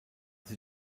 sie